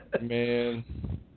Man